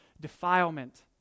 defilement